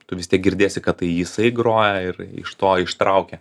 tu vis tiek girdėsi kad tai jisai groja ir iš to ištraukia